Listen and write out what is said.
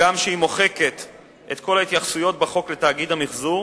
הגם שהיא מוחקת את כל ההתייחסויות בחוק לתאגיד המיחזור,